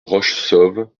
rochessauve